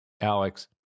Alex